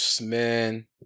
Man